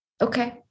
Okay